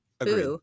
Agreed